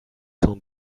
cent